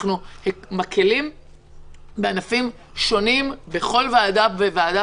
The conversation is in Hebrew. אנחנו מקילים בענפים שונים בכל ועדה וועדה